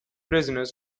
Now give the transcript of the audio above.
prisoners